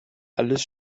alles